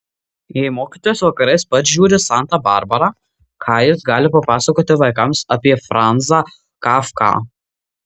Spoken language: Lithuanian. jei mokytojas vakarais pats žiūri santą barbarą ką jis gali papasakoti vaikams apie franzą kafką